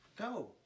Go